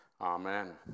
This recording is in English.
Amen